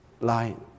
lying